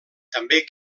també